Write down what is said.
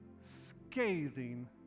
scathing